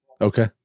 Okay